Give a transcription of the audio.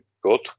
good